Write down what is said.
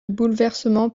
bouleversement